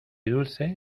dulce